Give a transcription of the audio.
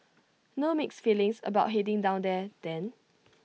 no mixed feelings about heading down there then